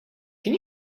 can